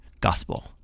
gospel